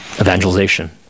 evangelization